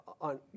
on